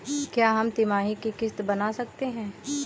क्या हम तिमाही की किस्त बना सकते हैं?